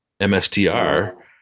MSTR